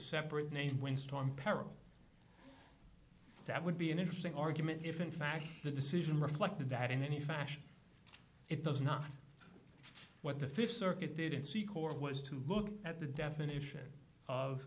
separate named wind storm peril that would be an interesting argument if in fact the decision reflected that in any fashion it does not what the th circuit didn't seek or was to look at the definition of